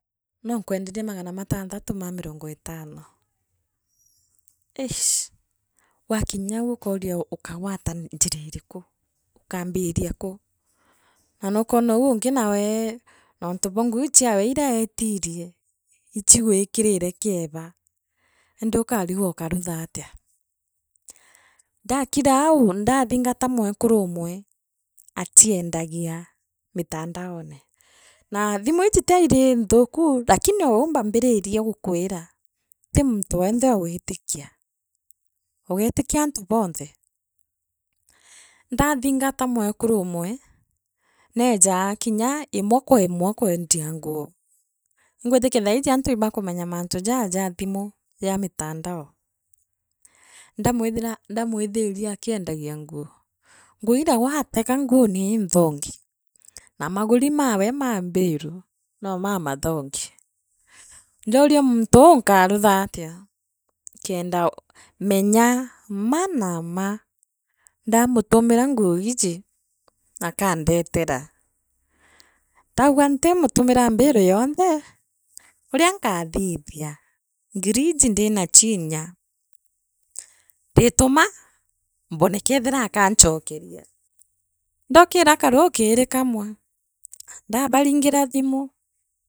Nookwenderie magana matanthatu ma mirungoetanno eeish wakinya au uko ukooria ukagwata njireeriku ukaambiria kuu naa nukwona ou ungi nawe nontu bwa nguu iu chiawe iria atirie ichigwikire kieba indi ukangwa ukaruthaatia ndakirau ndathingata mwekuru umwe achiendagia mitandaone naa thimu iji taa iti nthuku lakini ou mpanjiririe bonthe ndaathingata mwekurumwe neeja inya imwe kwemwe kwendie nguu ingwitikia thaiiji antu ibakumenya mantu jaa jathimu ja mitandao ndamwithira ndamwithira akiendagia nguu nguu iria waatega nguu niinthongi na maguri mawe ma mbilu ruo mamathungi ndoona muntuu nkaruthatia kenda we menya maa naa maa ndamutumira nguuji akandetera ndauga ntimutumira mbiru yonthe uria nkathithia ngiri iiji ndinacho inya ndituma mbone keithira akanchokeria ndookira karukiri kamwe ndabaringira thimu.